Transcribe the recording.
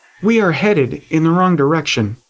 we are headed in the wrong direction.